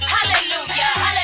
Hallelujah